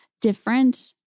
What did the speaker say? different